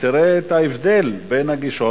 תראה את ההבדל בין הגישות.